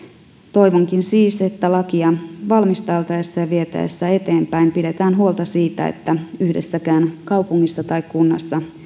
toivonkin siis että lakia valmisteltaessa ja vietäessä eteenpäin pidetään huolta siitä että yhdessäkään kaupungissa tai kunnassa